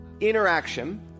interaction